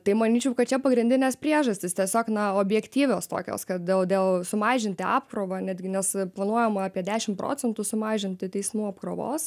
tai manyčiau kad čia pagrindinės priežastys tiesiog na objektyvios tokios kad dėl dėl sumažinti apkrovą netgi nes planuojama apie dešim procentų sumažinti teismų apkrovos